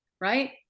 right